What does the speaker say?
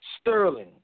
Sterling